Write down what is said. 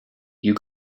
you